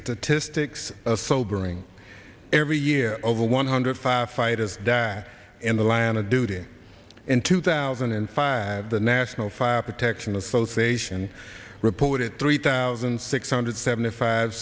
statistics a sobering every year over one hundred firefighters died in the line of duty in two thousand and five the national fire protection association reported three thousand six hundred seventy five